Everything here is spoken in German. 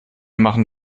machen